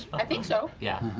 i think so. yeah